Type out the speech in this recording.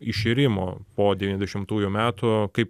iširimo po devyniasdešimtųjų metų kaip